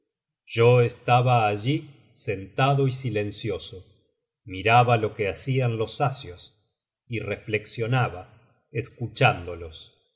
yo estaba allí sentado y silencioso miraba lo que hacian los asios y reflexionaba escuchándolos